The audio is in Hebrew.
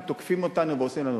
כי תוקפים אותנו ועושים לנו.